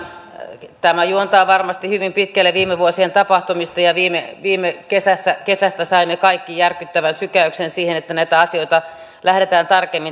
tosiaan tämä juontaa varmasti hyvin pitkälle viime vuosien tapahtumista ja viime kesästä saimme kaikki järkyttävän sykäyksen siihen että näitä asioita lähdetään tarkemmin tarkastelemaan